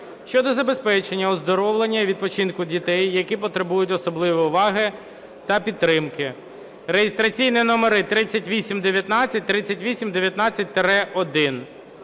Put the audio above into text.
щодо забезпечення оздоровлення і відпочинку дітей, які потребують особливої уваги та підтримки (реєстраційні номери 3819, 3819-1).